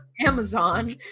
Amazon